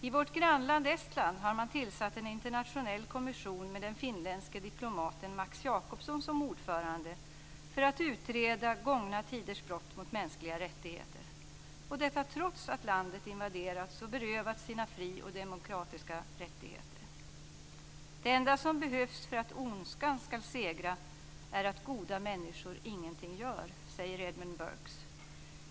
I vårt grannland Estland har man tillsatt en internationell kommission med den finländske diplomaten Max Jacobson som ordförande för att utreda gångna tiders brott mot mänskliga rättigheter, och detta trots att landet invaderats och berövats sina friheter och demokratiska rättigheter. "Det enda som behövs för att ondskan ska segra är att goda människor inget gör!" Detta sade Edmund Burges.